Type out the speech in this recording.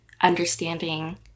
understanding